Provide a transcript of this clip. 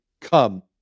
come